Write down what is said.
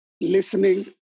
listening